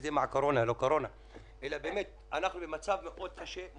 אנחנו במצב קשה מאוד,